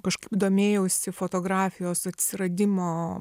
kažkaip domėjausi fotografijos atsiradimo